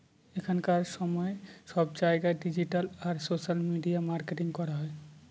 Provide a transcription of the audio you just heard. এখনকার সময়ে সব জায়গায় ডিজিটাল আর সোশ্যাল মিডিয়া মার্কেটিং করা হয়